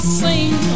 sing